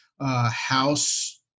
House